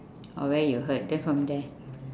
or where you hurt then from there